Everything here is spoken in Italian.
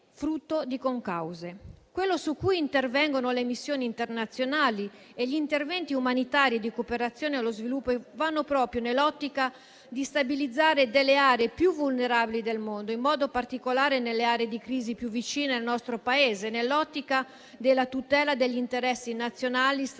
frutto di concause. Quello su cui intervengono le missioni internazionali e gli interventi umanitari di cooperazione allo sviluppo va proprio nell'ottica di stabilizzare alcune delle aree più vulnerabili del mondo, in modo particolare le aree di crisi più vicine al nostro Paese, nell'ottica della tutela degli interessi nazionali strategici